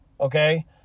Okay